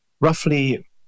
roughly